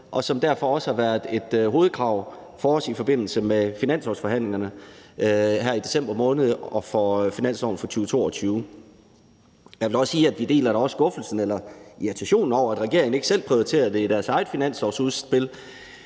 op. Derfor har vores hovedkrav i forbindelse med finanslovsforhandlingerne her i december måned om finansloven for 2022 også været om det. Jeg vil da også sige, at vi også deler skuffelsen eller irritationen over, at regeringen ikke selv prioriterede det i deres eget finanslovsudspil